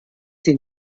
sie